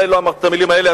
אולי לא אמרת את המלים האלה.